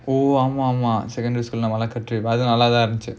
oh ஆமா ஆமா:aamaa aamaa secondary school the malacca trip அழகா இருந்துச்சு:alagaa irunthuchu